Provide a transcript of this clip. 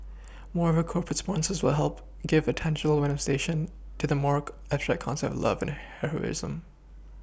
moreover corporate sponsors will help give a tangible manifestation to the more abstract concepts of love and heroism